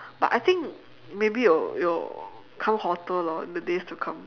but I think maybe it will it will become hotter lor in the days to come